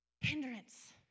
Hindrance